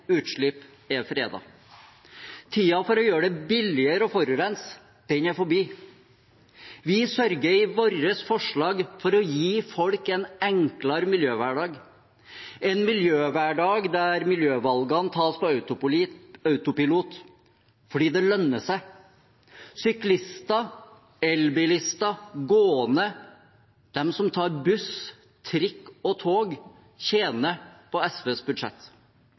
utslipp er fredet. Tiden for å gjøre det billigere å forurense er forbi. Vi sørger i vårt forslag for å gi folk en enklere miljøhverdag, en miljøhverdag der miljøvalgene tas på autopilot fordi det lønner seg. Syklister, elbilister, gående, de som tar buss, trikk og tog tjener på SVs budsjett.